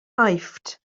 aifft